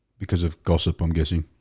because of gossip i'm guessing